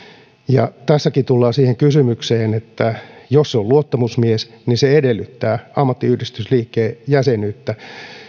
niin tässäkin tullaan siihen kysymykseen että jos se on luottamusmies niin se edellyttää ammattiyhdistysliikkeen jäsenyyttä